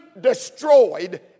destroyed